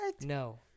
No